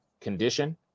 condition